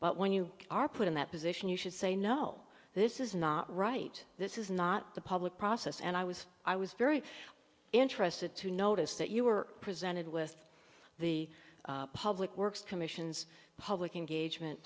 but when you are put in that position you should say no this is not right this is not the public process and i was i was very interested to notice that you were presented with the public works commission's public engagement